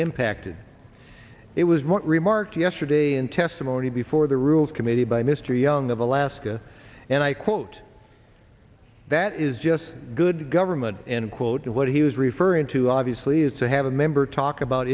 impacted it was remarked yesterday in testimony before the rules committee by mr young of alaska and i quote that is just good government in quote of what he was referring to obviously is to have a member talk about